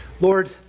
Lord